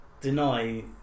deny